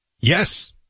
Yes